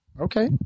Okay